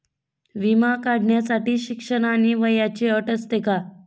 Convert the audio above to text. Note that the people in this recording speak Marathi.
विमा काढण्यासाठी शिक्षण आणि वयाची अट असते का?